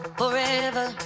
forever